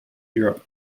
europe